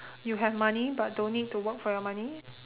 you have money but don't need to work for your money